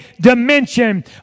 dimension